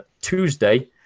Tuesday